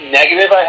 negative